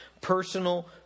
personal